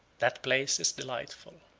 that place is delightful.